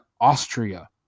Austria